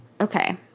okay